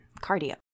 cardio